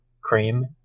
cream